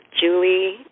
Julie